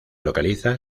localiza